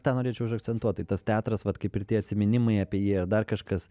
tą norėčiau užakcentuot ta tas teatras vat kaip ir tie atsiminimai apie jį ar dar kažkas